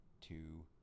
two